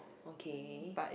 okay